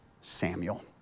Samuel